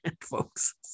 folks